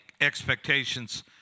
expectations –